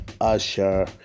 Usher